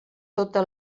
tota